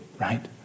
Right